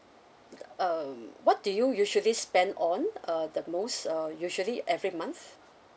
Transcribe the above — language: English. um what do you usually spend on uh the most uh usually every month